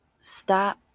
stop